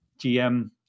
GM